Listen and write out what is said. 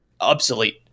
obsolete